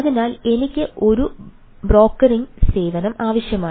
അതിനാൽ എനിക്ക് ഒരു ബ്രോക്കറിംഗ് സേവനം ആവശ്യമാണ്